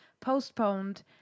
postponed